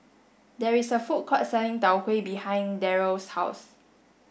there is a food court selling Tau Huay behind Darrell's house